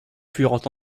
furent